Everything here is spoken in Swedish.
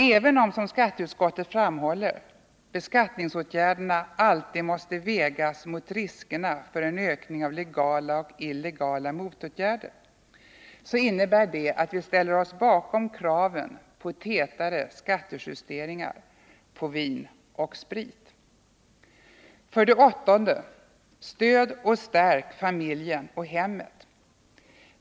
Även om, som skatteutskottet framhåller, beskattningsåtgärderna alltid måste vägas mot riskerna för ökning av legala och illegala motåtgärder, innebär det att vi ställer oss bakom kraven på tätare skattejusteringar på vin och sprit. 8. Stöd och stärk familjen och hemmet.